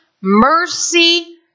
mercy